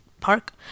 Park